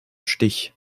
stich